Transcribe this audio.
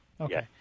Okay